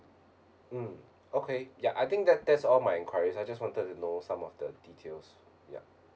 mm okay ya I think that that's all my enquiries I just wanted to know some of the details ya